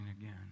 again